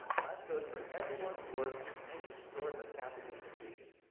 and that goes for everyone who works in any sort of catholic institution.